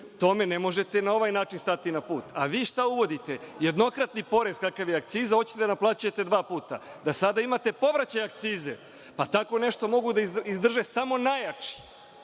tome ne možete na ovaj način stati na put. A vi šta uvodite – jednokratni porez kakav je akciza hoćete da naplaćujete dva puta. Da sada imate povraćaj akcize. Tako nešto mogu da izdrže samo najjači,